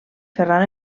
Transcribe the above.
ferran